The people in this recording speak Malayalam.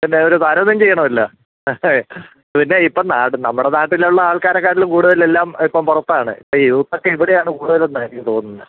പിന്നെ ഒരു താരതമ്യം ചെയ്യണമല്ലോ പിന്നെ ഇപ്പോൾ നാട് നമ്മുടെ നാട്ടിലുള്ള ആൾക്കാരെക്കാട്ടിലും കൂടുതലെല്ലാം ഇപ്പം പുറത്താണ് ഇപ്പോൾ യൂത്ത് ഒക്കെ ഇവിടെയാണ് കൂടുതലും എന്നാണ് എനിക്ക് തോന്നുന്നത്